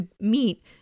meet